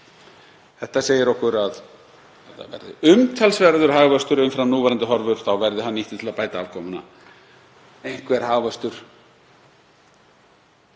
Þetta segir okkur að verði umtalsverður hagvöxtur umfram núverandi horfur verði hann nýttur til að bæta afkomuna. Einhver hagvöxtur